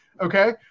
Okay